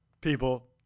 People